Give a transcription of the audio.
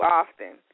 often